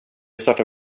startar